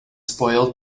spoiled